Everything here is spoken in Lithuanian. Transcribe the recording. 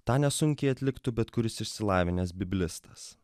tą nesunkiai atliktų bet kuris išsilavinęs biblistas